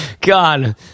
God